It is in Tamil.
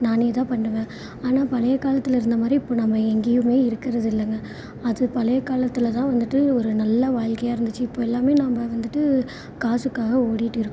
நானே தான் பண்ணுவேன் ஆனால் பழைய காலத்தில் இருந்த மாதிரி இப்போது நாம் எங்கேயுமே இருக்கிறதில்லங்க அது பழைய காலத்தில் தான் வந்துட்டு ஒரு நல்ல வாழ்க்கையா இருந்துச்சு இப்போது எல்லாமே நாம் வந்துட்டு காசுக்காக ஓடிகிட்டு இருக்கோம்